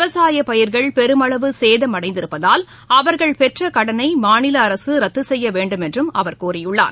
விவசாயப் பயிர்கள் பெருமளவு சேதமடைந்திருப்பதால் அவர்கள் பெற்ற கடனை மாநில அரசு ரத்து செய்ய வேண்டும் என்றும் அவர் கோரியுள்ளார்